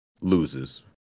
Loses